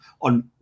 on